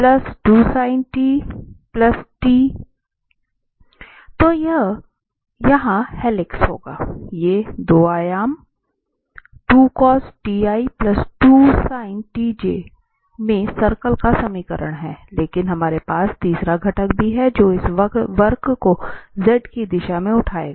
तो यह यहां हेलिक्स होगा ये 2 आयाम 2 cos t i 2 sin t j में सर्कल का समीकरण हैं लेकिन हमारे पास तीसरा घटक भी है जो इस वक्र को Z की दिशा में उठाएगा